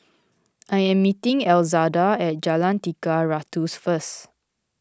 I am meeting Elzada at Jalan Tiga Ratus first